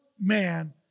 man